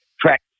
track